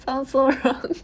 sound so wrong